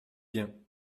bien